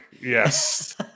Yes